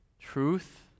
truth